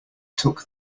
took